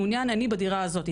מעוניין אני בדירה הזאתי,